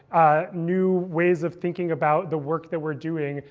new ways of thinking about the work that we're doing.